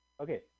Okay